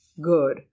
good